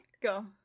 go